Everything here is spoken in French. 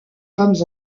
femmes